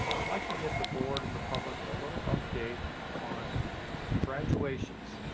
i'd like to give the board and the public, a little update on graduations